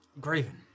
Graven